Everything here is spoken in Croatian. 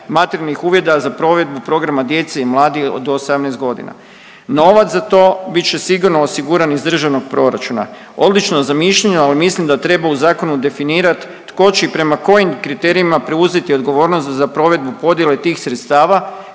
materijalnih uvjeta za provedbu programa djece i mladih do 18.g., novac za to bit će sigurno osiguran iz državnog proračuna. Odlično zamišljeno, al mislim da treba u zakonu definirat tko će i prema kojim kriterijima preuzeti odgovornost za provedbu podjele tih sredstava